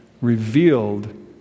revealed